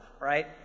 Right